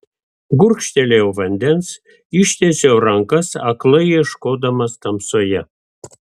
gurkštelėjau vandens ištiesiau rankas aklai ieškodamas tamsoje